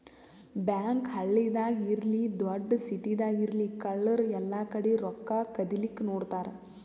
bank ಹಳ್ಳಿದಾಗ್ ಇರ್ಲಿ ದೊಡ್ಡ್ ಸಿಟಿದಾಗ್ ಇರ್ಲಿ ಕಳ್ಳರ್ ಎಲ್ಲಾಕಡಿ ರೊಕ್ಕಾ ಕದಿಲಿಕ್ಕ್ ನೋಡ್ತಾರ್